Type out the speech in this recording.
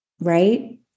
right